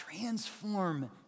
transform